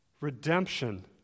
redemption